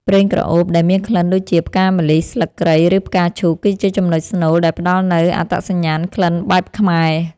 ប្រេងក្រអូប ដែលមានក្លិនដូចជា ផ្កាម្លិះ ស្លឹកគ្រៃ ឬផ្កាឈូក គឺជាចំណុចស្នូលដែលផ្ដល់នូវអត្តសញ្ញាណក្លិនបែបខ្មែរ។